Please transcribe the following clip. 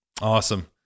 awesome